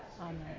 Amen